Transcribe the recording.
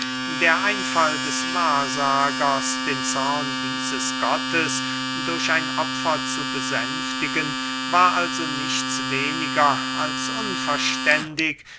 der einfall des wahrsagers den zorn dieses gottes durch ein opfer zu besänftigen war also nichts weniger als unverständig